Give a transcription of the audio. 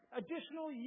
additional